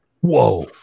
Whoa